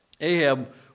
Ahab